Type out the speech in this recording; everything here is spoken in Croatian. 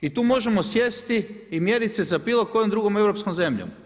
I tu možemo sjesti i mjeriti sa bilo kojom drugom europskom zemljom.